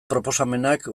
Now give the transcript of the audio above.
proposamenak